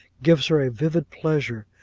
gives her a vivid pleasure,